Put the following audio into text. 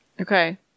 Okay